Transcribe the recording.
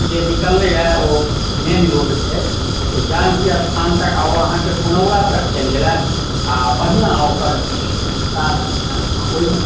जे निकललैया ओ मेन रोड छै जानकी स्थान तक आ ओ अहाँकेँ पुनौरा तक चलि गेलै आ बढ़िआँ ओकर किछु विकास भेलै ओहिमे